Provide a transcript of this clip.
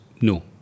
no